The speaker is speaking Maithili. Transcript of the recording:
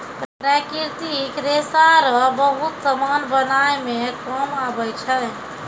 प्राकृतिक रेशा रो बहुत समान बनाय मे काम आबै छै